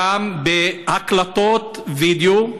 בהקלטות וידיאו,